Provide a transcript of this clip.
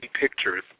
pictures